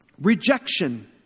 rejection